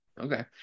Okay